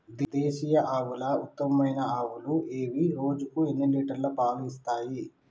దేశీయ ఆవుల ఉత్తమమైన ఆవులు ఏవి? రోజుకు ఎన్ని లీటర్ల పాలు ఇస్తాయి?